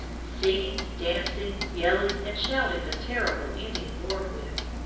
singing, dancing, yelling, and shouting the terrible indian war whoop.